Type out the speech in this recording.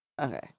Okay